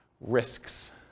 Risks